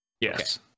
Yes